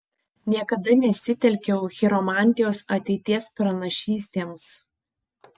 niekada nesitelkiau chiromantijos ateities pranašystėms